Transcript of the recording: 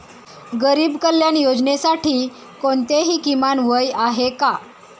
गरीब कल्याण योजनेसाठी कोणतेही किमान वय आहे का?